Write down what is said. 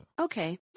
okay